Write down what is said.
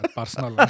personal